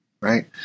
right